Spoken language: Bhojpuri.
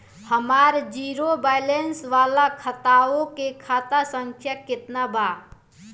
हमार जीरो बैलेंस वाला खतवा के खाता संख्या केतना बा?